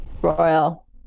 Royal